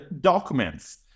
documents